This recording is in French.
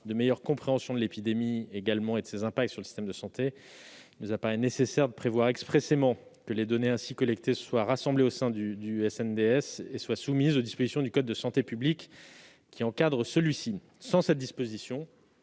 de meilleure compréhension de l'épidémie et de ses impacts sur le système de santé, il nous apparaît nécessaire de prévoir expressément que les données ainsi collectées seront rassemblées au sein du SNDS et seront soumises aux dispositions du code de la santé publique qui encadrent celui-ci. Sans cette disposition,